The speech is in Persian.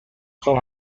خوام